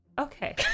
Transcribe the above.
Okay